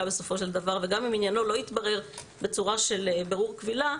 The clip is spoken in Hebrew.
בסופו של דבר וגם אם עניינו לא יתברר בצורה של בירור קבילה,